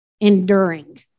enduring